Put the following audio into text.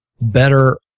better